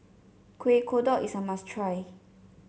Kueh Kodok is a must try